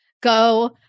go